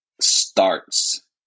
starts